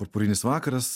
purpurinis vakaras